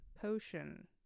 Potion